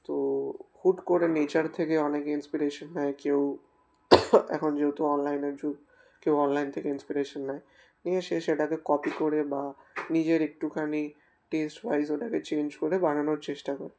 তো হুট করে নেচার থেকে অনেকে ইন্সপিরেশন নেয় কেউ এখন যেহেতু অনলাইনের যুগ কেউ অনলাইন থেকে ইন্সপিরেশন নেয় নিয়ে সে সেটাকে কপি করে বা নিজের একটুখানি টেস্ট ওয়াইজ ওটাকে চেঞ্জ করে বানানোর চেষ্টা করে